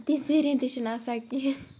تِژھ سیٖنری تہِ چھِنہٕ آسان کِہیٖنۍ